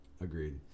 Agreed